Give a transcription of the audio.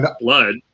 blood